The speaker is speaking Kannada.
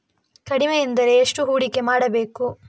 ಕಡಿಮೆ ಎಂದರೆ ಎಷ್ಟು ಹೂಡಿಕೆ ಮಾಡಬೇಕು?